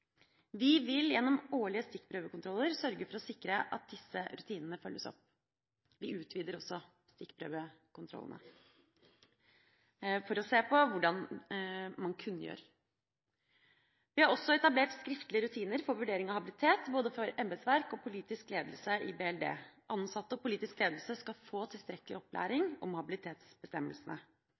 Vi vil gjennom årlige stikkprøvekontroller sørge for å sikre at disse rutinene følges opp. Vi utvider også stikkprøvekontrollene for å se på hvordan man kunngjør. Vi har også etablert skriftlige rutiner for vurdering av habilitet, både for embetsverk og politisk ledelse i BLD. Ansatte og politisk ledelse skal få tilstrekkelig opplæring i habilitetsbestemmelsene.